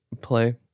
play